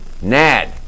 NAD